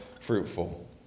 fruitful